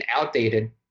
outdated